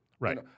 Right